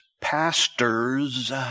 pastors